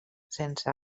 sense